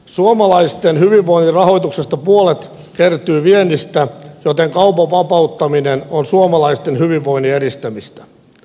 suomalaisten hyvinvoinnin rahoituksesta puolet kertyy viennistä joten kaupan vapauttaminen on suomalaisten hyvinvoinnin edistämistä